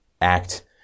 act